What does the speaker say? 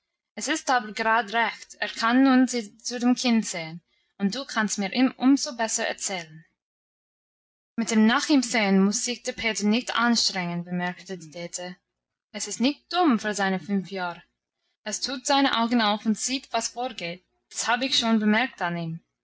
es ist aber gerad recht er kann nun zu dem kinde sehen und du kannst mir umso besser erzählen mit dem nach ihm sehen muss sich der peter nicht anstrengen bemerkte die dete es ist nicht dumm für seine fünf jahre es tut seine augen auf und sieht was vorgeht das hab ich schon bemerkt an ihm